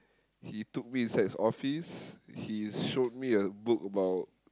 he took me inside his office he showed me a book about